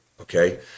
okay